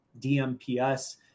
DMPS